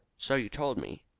so you told me.